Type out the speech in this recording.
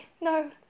no